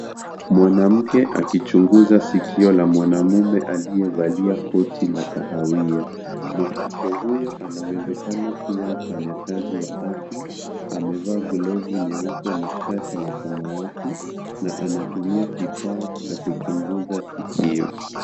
Mwanamke akichunguza sikio la mwanamume aliyevalia koti la kahawia. Mwanamke huyo anawezekana kuwa mfanyakazi wa afya amevaa glovu nyeupe na shati la samawati na anatumia kifaa cha kuchunguza sikio.